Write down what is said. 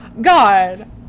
God